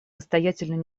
настоятельную